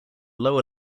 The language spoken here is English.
lower